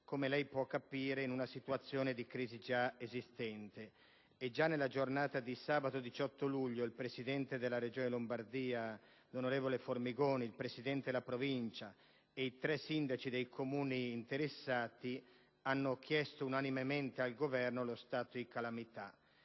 come lei può capire - in una situazione di crisi già esistente. Già nella giornata di sabato 18 luglio il Presidente della Regione Lombardia, onorevole Formigoni, il Presidente della Provincia ed i tre sindaci dei Comuni interessati hanno chiesto unanimemente al Governo il riconoscimento